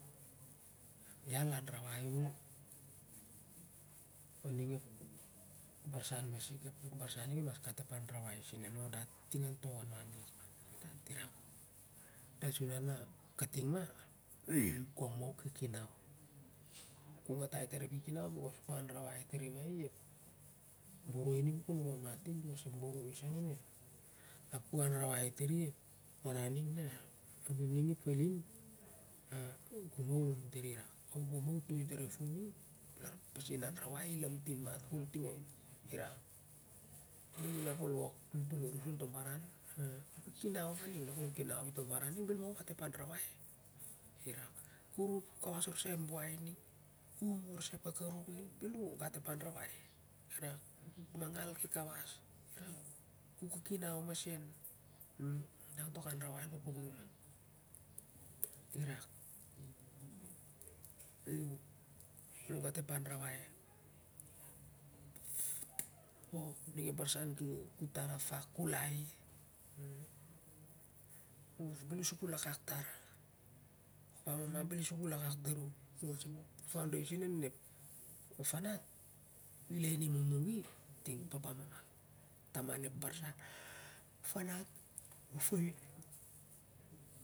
Ial anrawai i oning ep barsen masik ap ep bonsah ning el mas gat sen alo ep anrawai sen alo on dat ting on to warwar lakman a nun dat irak su na kating ma gong u kiki nau ka katai tar ep ki kinau becos ku katai tar i ma ep boroi ning kon um a mati becos ep boroi se nun ep ap ku anrawai tar i ep baran ning na ap ning ep falim gong ma i um tari becos ep anrawai i lamtin mat kol irak o gong nia i toi touv ep fun ning lar ep pasin anrawai i lantin mat kol irak bel inap ol toltol vos on to baran ku kiki nan nia ning na kol kinau i to baran ning na bel nia i gat ep anrawai irak ku kawas orsai ep buai ning ku un orsai ep ka karuk ning bel ma i gat ep anrawai an palpuklum ir ak. Ol gat ep anrawai o ning ep barsau ku tar a fuuk ku lai i bel u sukul akak tar papa mama bel i sukul akak i ep foundation nun ep farat i ding ni lainim mung mung i taman ep farat ol mas